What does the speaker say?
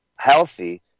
healthy